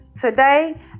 today